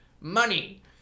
money